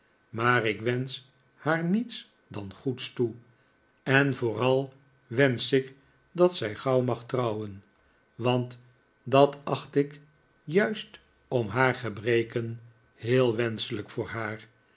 maar ik wensch haar niets dan goeds toe en vooral wensch ik dat zij gauw mag nikolaas nickleby trouwen want dat acht ik juist om haar gebreken heel wenschelijk voor haar